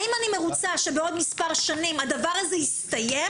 האם אני מרוצה שבעוד מספר שנים הדבר הזה יסתיים